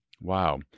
Wow